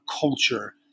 culture